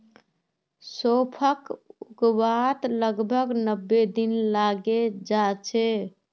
सौंफक उगवात लगभग नब्बे दिन लगे जाच्छे